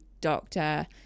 doctor